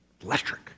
electric